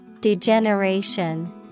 Degeneration